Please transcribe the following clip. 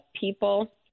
people